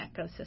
ecosystem